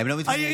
העירייה